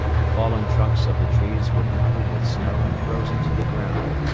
the fallen trunks of the trees were covered with snow and frozen to the ground.